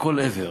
לכל עבר.